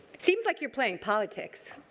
seems like you are playing politics.